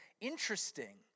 interesting